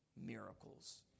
miracles